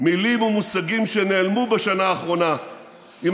מילים ומושגים שנעלמו בשנה האחרונה עם